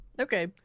Okay